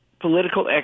political